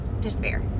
despair